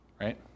right